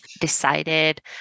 decided